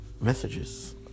Messages